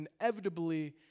inevitably